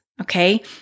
okay